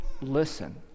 listen